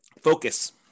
Focus